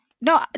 No